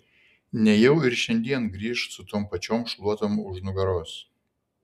nejau ir šiandien grįš su tom pačiom šluotom už nugaros